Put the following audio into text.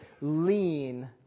lean